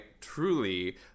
truly